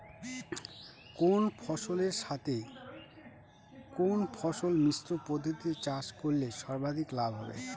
কোন ফসলের সাথে কোন ফসল মিশ্র পদ্ধতিতে চাষ করলে সর্বাধিক লাভ হবে?